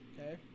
Okay